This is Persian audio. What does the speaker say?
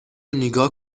نیگا